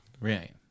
Right